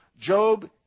Job